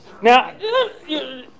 Now